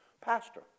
pastor